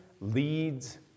leads